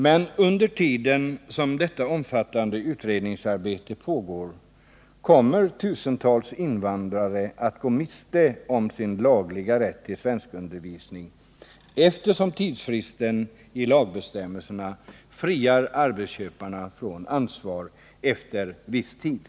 Men medan detta omfattande utredningsarbete pågår kommer tusentals invandrare att gå miste om sin lagliga rätt till svenskundervisning, eftersom tidsfristen i lagbestämmelserna friar arbetsköparna från ansvar efter viss tid.